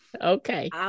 Okay